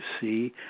see